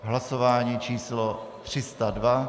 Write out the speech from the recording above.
Hlasování číslo 302.